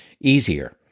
easier